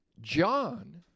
John